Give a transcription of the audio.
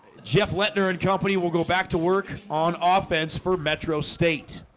jeff flender and company will go back to work on ah offense for metro state